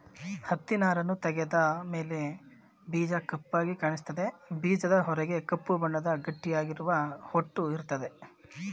ಹತ್ತಿನಾರನ್ನು ತೆಗೆದ ಮೇಲೆ ಬೀಜ ಕಪ್ಪಾಗಿ ಕಾಣಿಸ್ತದೆ ಬೀಜದ ಹೊರಗೆ ಕಪ್ಪು ಬಣ್ಣದ ಗಟ್ಟಿಯಾಗಿರುವ ಹೊಟ್ಟು ಇರ್ತದೆ